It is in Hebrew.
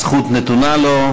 הזכות נתונה לו.